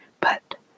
But